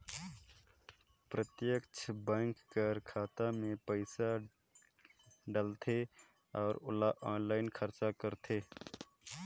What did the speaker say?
प्रत्यक्छ बेंक कर खाता में पइसा डालथे अउ ओला आनलाईन खरचा करथे